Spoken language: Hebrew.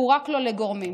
פורק לו לגורמים.